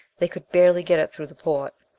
they could barely get it through the port.